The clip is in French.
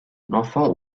l’enfant